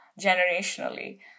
generationally